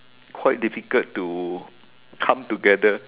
quite difficult to come together